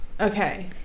okay